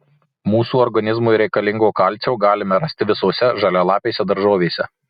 mūsų organizmui reikalingo kalcio galime rasti visose žalialapėse daržovėse